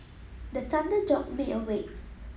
the thunder jolt me awake